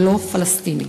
ולא פלסטיני.